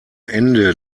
ende